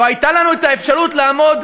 לא הייתה לנו האפשרות לעמוד,